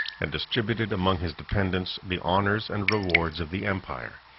and distributed among his dependants the honors and rewards of the empire.